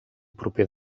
proper